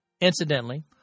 Incidentally